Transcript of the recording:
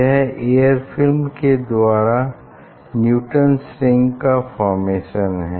यह air film के द्वारा न्यूटन्स रिंग का फार्मेशन हैं